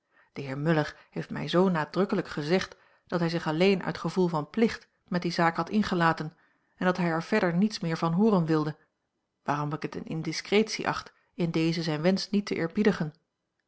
de heer muller heeft mij zoo nadrukkelijk gezegd dat hij zich alleen uit gevoel van plicht met die zaak had ingelaten en dat hij er verder niets meer van hooren wilde waarom ik het eene indiscretie acht in deze zijn wensch niet te